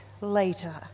later